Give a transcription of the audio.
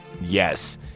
Yes